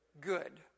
Good